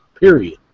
period